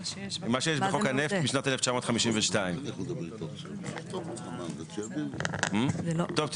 מה שיש בחוק הנפט משנת 1952. טוב,